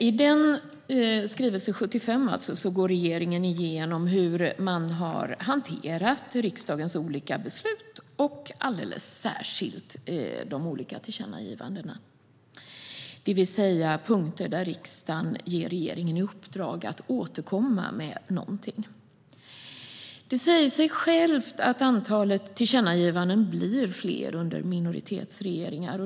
I skrivelse 75 går regeringen igenom hur man har hanterat riksdagens olika beslut och alldeles särskilt de olika tillkännagivandena, det vill säga punkter där riksdagen ger regeringen i uppdrag att återkomma med någonting. Det säger sig självt att antalet tillkännagivanden blir fler under minoritetsregeringar.